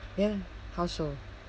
ya how so